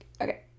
okay